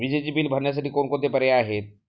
विजेचे बिल भरण्यासाठी कोणकोणते पर्याय आहेत?